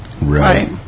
Right